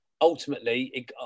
ultimately